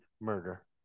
murder